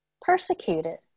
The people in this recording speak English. persecuted